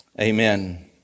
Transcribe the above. amen